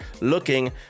looking